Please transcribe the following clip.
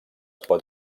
pot